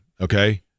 okay